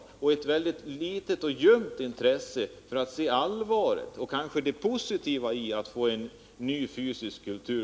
Han visar ett ytterst litet och ljumt intresse för att se allvaret och det positiva i att framdeles få en ny fysisk kultur.